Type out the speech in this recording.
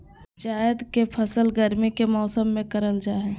जायद के फसल गर्मी के मौसम में करल जा हइ